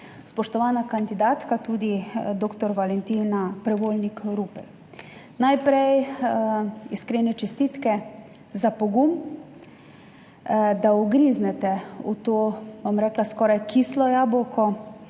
Spoštovana kandidatka, tudi doktor Valentina Prevolnik Rupel. Najprej iskrene čestitke za pogum, da ugriznete v to, bom rekla, skoraj kislo jabolko